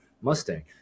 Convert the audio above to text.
Mustang